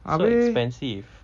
abeh